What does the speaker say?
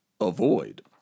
avoid